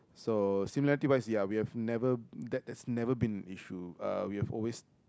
so similarity wise ya we have never that has never been an issue uh we have always